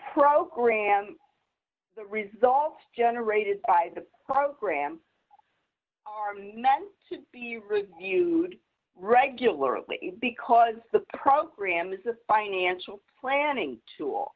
program the results generated by the program meant to be reviewed regularly because the program is a financial planning tool